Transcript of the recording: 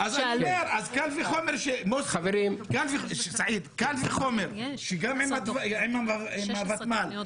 אז קל וחומר שגם עם הוותמ"ל,